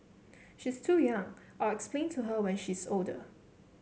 she's too young I'll explain to her when she's older